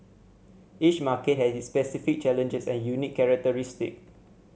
each market has its specific challenges and unique characteristic